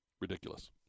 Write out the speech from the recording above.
Ridiculous